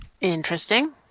Interesting